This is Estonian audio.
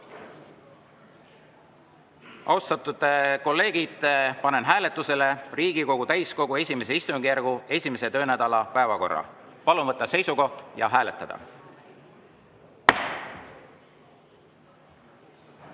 Austatud kolleegid, panen hääletusele Riigikogu täiskogu I istungjärgu 1. töönädala päevakorra. Palun võtta seisukoht ja hääletada!